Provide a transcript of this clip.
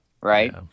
Right